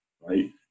right